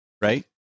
right